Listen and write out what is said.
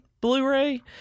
blu-ray